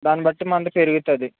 దాని బట్టి మంది పెరుగుతుంది